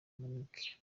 monique